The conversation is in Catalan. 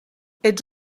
ets